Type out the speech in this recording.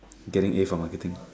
getting A for marketing